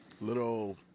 Little